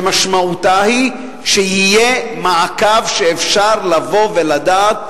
שמשמעותה היא שיהיה מעקב שאפשר לבוא ולדעת,